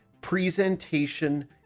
presentation